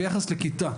ביחס לכיתה,